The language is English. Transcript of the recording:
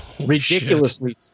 ridiculously